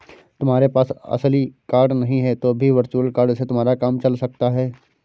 तुम्हारे पास असली कार्ड नहीं है तो भी वर्चुअल कार्ड से तुम्हारा काम चल सकता है